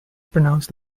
pronounced